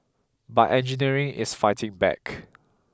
but engineering is fighting back